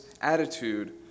attitude